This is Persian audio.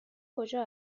کجا